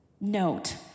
Note